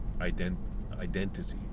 identity